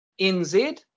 NZ